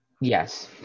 Yes